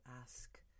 ask